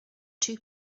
two